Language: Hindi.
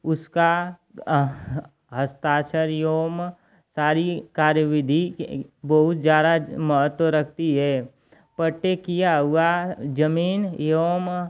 उसका हस्ताक्षर एवं सारी कार्यविधि बहुत ज़्यादा महत्व रखती है पट्टे की हुई ज़मीन एवं